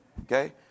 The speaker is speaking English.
Okay